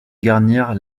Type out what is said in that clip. garnir